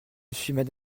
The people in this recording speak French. suis